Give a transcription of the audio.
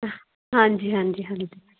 ਹਾਂਜੀ ਹਾਂਜੀ ਹਾਂਜੀ